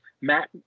Matt